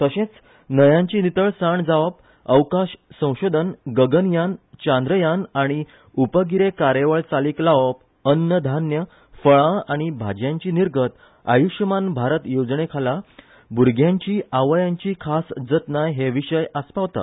तशेंच न्हयांची नितळसाण जावप अवकाश संशोधन गगनयान चांद्रयान आनी उपगिरे कार्यावळ चालीक लावप अन्न धान्य फळां आनी भाजयांची निर्गत आयुषमान भारत येवजणेखाला भुरग्यांची आवयांची खास जतनाय हे है विशय आसपावतात